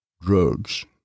Drugs